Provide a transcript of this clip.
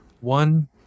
one